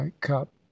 cup